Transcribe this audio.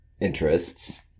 interests